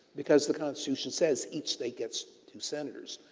because the constitution says each state gets two senators.